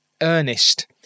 earnest